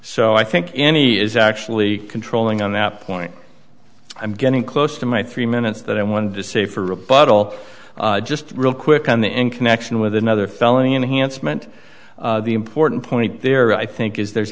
so i think any is actually controlling on that point i'm getting close to my three minutes that i wanted to say for rebuttal just real quick on the in connection with another felony enhancement the important point there i think is there's